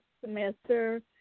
semester